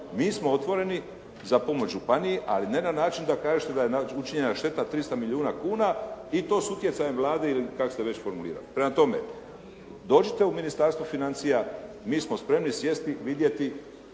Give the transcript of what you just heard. Mi smo otvoreni za pomoć županiji ali ne na način da kažete da je učinjena šteta 300 milijuna kuna i to s utjecajem Vlade ili kako ste već formulirali. Prema tome, dođite u Ministarstvo financija. Mi smo spremni sjesti, vidjeti.